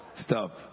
Stop